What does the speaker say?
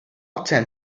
tend